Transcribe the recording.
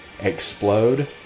explode